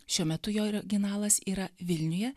šiuo metu jo originalas yra vilniuje